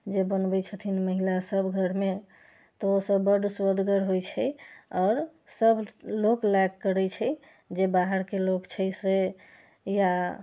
जे बनबैत छथिन महिला सभ घरमे तऽ ओसभ बड्ड सुअदगर होइत छै आओर सभ लोक लाइक करैत छै जे बाहरके लोक छै से या